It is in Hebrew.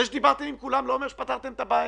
זה שדיברתם עם כולם לא אומר שפתרתם את הבעיה.